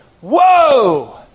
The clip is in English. whoa